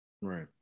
Right